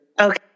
Okay